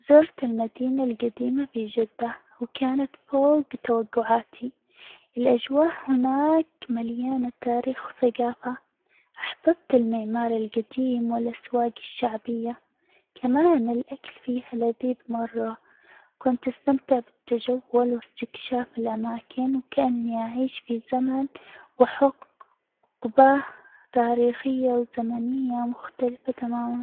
زرت المدينة القديمة بجدة وكانت فوج توجعاتي، الأجواء هناك مليانة تاريخ وثجافة، أحببت المعمار القديم، والأسواق الشعبية، كمان الأكل فيها لذيذ مرة كنت أستمتع بالتجول واستكشاف الأماكن، وكأني أعيش في زمن وحقبة تاريخية وزمنية مختلفة تمامًا.